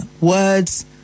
Words